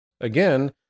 Again